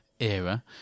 era